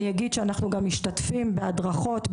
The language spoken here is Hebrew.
אנחנו גם משתתפים בהדרכות,